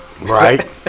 Right